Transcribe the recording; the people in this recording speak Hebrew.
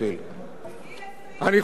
אני חושב שברור לכולנו,